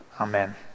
Amen